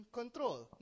control